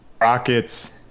Rockets